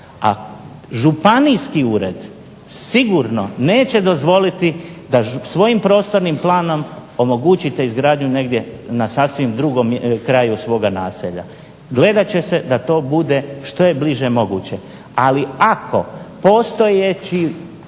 A županijski ured sigurno neće dozvoliti da svojim prostornim planom omogućite izgradnju negdje na sasvim drugom kraju svoga naselja. Gledat će se da to bude što je bliže moguće, ali ako postojeći